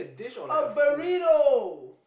a burrito